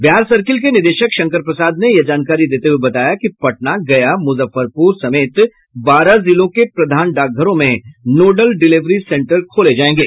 Bihar circle के निदेशक शंकर प्रसाद ने यह जानकारी देते हुये बताया कि पटना गया मुजफ्फरपुर समेत बारह जिलों के प्रधान डाकघरों में नोडल डिलेवरी सेंटर खोले जायेंगे